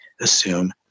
assume